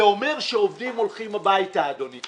זה אומר שעובדים הולכים הביתה, אדוני.